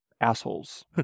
assholes